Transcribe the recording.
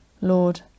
Lord